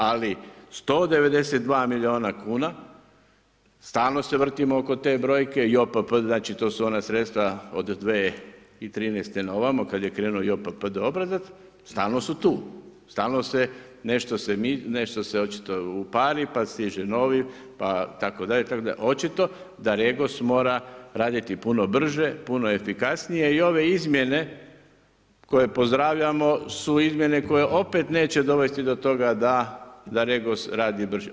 Ali 192 milijuna kuna, stalno se vrtimo oko te brojke JOPPD-a znači to su ona sredstva od 2013. na ovamo kad je krenuo JOPPD obrazac, stalno su tu, stalno se nešto očito upari pa se stiže novi, itd., itd. očito da REGOS mora raditi puno brže, puno efikasnije i ove izmjene koje pozdravljamo su izmjene koje opet neće dovesti do toga da REGOS radi brže.